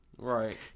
Right